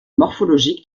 morphologiques